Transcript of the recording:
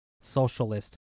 socialist